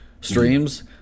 streams